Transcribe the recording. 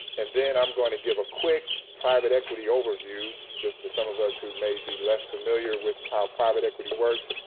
and then i'm going to give a quick private equity overview, just for some of us who may be less familiar with how private equity works,